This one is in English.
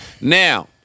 now